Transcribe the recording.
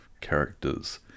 characters